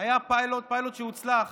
היה פיילוט מוצלח